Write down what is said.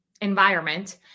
environment